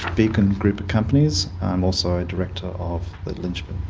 beacon group companies also a director of linchpin.